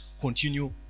continue